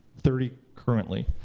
thirty currently.